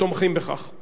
חבר הכנסת אקוניס,